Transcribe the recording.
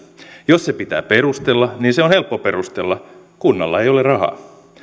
jos se pitää perustella niin se on helppo perustella kunnalla ei ole rahaa